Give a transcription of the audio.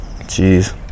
Jeez